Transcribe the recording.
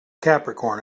capricorn